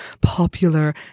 popular